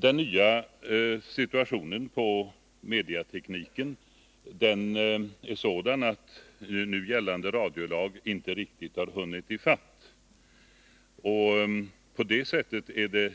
Den nya situationen på medieteknikens område är sådan att nu gällande radiolag inte riktigt har hunnit i fatt. På det sättet är det